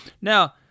Now